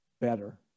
better